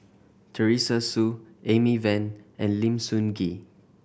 Teresa Hsu Amy Van and Lim Sun Gee